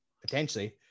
potentially